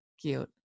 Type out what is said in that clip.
Cute